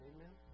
Amen